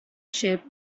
ship